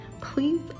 please